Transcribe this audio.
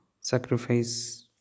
sacrifice